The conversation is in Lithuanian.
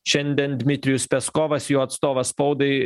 šiandien dmitrijus peskovas jo atstovas spaudai